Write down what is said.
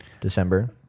December